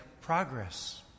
progress